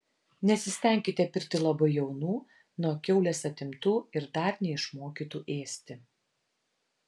nesistenkite pirkti labai jaunų nuo kiaulės atimtų ir dar neišmokytų ėsti